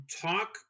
talk